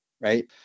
right